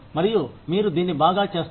మరియు మీరు దీన్ని బాగా చేస్తారు